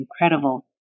incredible